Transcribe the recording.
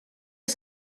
est